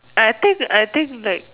I think I think like